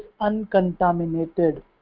uncontaminated